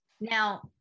Now